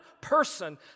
person